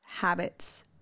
habits